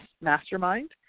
Mastermind